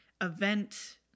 event